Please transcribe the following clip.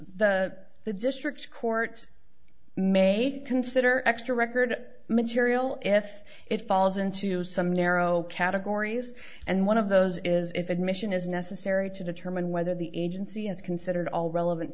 the the district court may consider extra record material if it falls into some narrow categories and one of those is if admission is necessary to determine whether the agency has considered all relevant